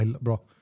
Bro